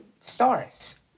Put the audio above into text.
stars